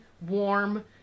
warm